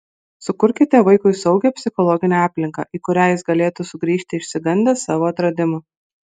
sukurkite vaikui saugią psichologinę aplinką į kurią jis galėtų sugrįžti išsigandęs savo atradimų